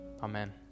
Amen